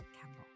Campbell